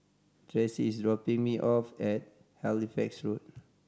Traci is dropping me off at Halifax Road